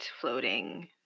floating